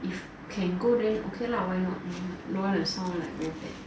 if can go then okay lah why not don't wanna sound like very bad